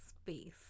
space